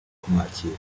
kumwakira